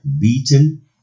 beaten